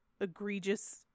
egregious